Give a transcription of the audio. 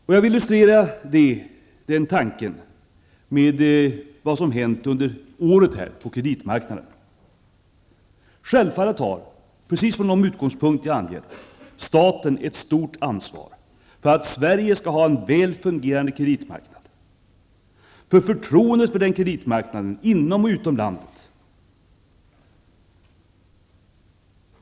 Jag vill illustrera den tanken med vad som hänt på kreditmarknaden under året. Självfallet har, precis från de utgångspunkter jag har angett, staten ett stort ansvar för att Sverige skall ha en väl fungerande kreditmarknad, för förtroendet för den kreditmarknaden, inom och utom landet.